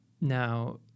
Now